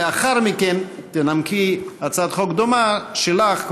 לאחר מכן תנמקי הצעת חוק דומה שלך,